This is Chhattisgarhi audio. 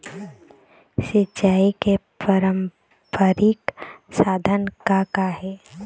सिचाई के पारंपरिक साधन का का हे?